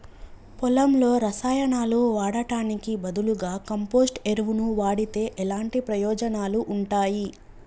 పొలంలో రసాయనాలు వాడటానికి బదులుగా కంపోస్ట్ ఎరువును వాడితే ఎలాంటి ప్రయోజనాలు ఉంటాయి?